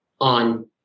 on